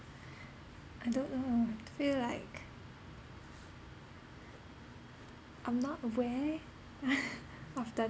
I don't know I feel like I'm not aware of the